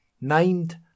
Named